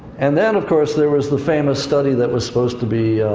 and then, of course, there was the famous study that was supposed to be